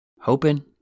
hoping